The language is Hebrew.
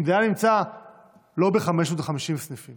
אם זה היה נמצא לא ב-550 סניפים